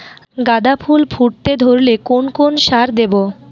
গাদা ফুল ফুটতে ধরলে কোন কোন সার দেব?